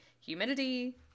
humidity